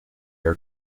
are